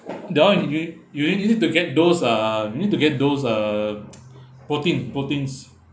that [one] you you really need to get those uh you need to get those uh protein proteins